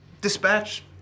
dispatch